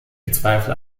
bezweifle